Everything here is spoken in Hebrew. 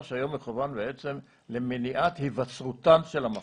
שהיום מכוון למניעת היווצרותן של המחלות.